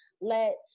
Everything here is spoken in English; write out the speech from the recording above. let